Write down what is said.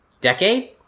decade